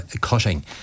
cutting